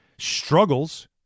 struggles